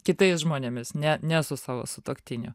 kitais žmonėmis ne ne su savo sutuoktiniu